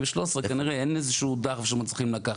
כנראה אין איזשהו דחף שהם מצליחים לקחת.